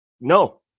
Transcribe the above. No